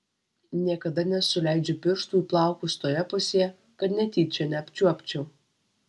niekada nesuleidžiu pirštų į plaukus toje pusėje kad netyčia neapčiuopčiau